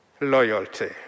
loyalty